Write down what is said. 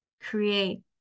create